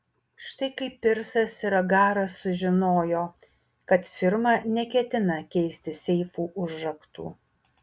štai kaip pirsas ir agaras sužinojo kad firma neketina keisti seifų užraktų